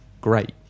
great